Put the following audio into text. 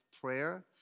prayer